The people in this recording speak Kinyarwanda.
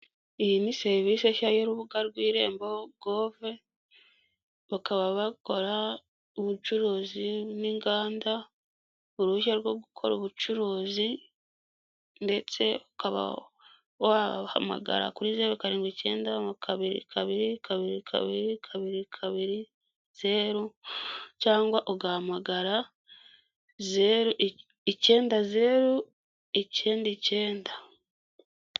Iyi ni serivisi nshya y'urubuga rw'irembo gove, bakaba bakora ubucuruzi n'inganda, uruhushya rwo gukora ubucuruzi ndetse ukaba wahamagara kuri zeru karindwi icyenda kabiri, kabiri, kabiri, kabiri, kabiri, kabiri, zeru cyangwa ugahamagara zeru icyenda zeru, icyenda, icyenda.